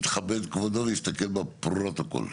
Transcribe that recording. יתכבד כבודו ויסתכל בפרוטוקול.